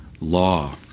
law